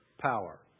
Power